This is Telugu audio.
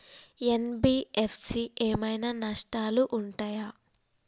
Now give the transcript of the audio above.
ఎన్.బి.ఎఫ్.సి ఏమైనా నష్టాలు ఉంటయా?